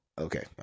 okay